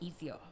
easier